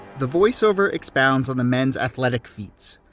the voiceover expounds on the men's athletic feats,